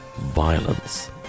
violence